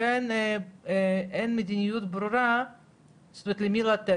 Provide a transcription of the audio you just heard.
שאין מדיניות ברורה למי לתת.